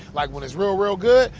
like when it's real, real good,